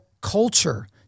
culture